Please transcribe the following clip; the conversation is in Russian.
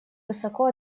высоко